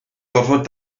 gorfod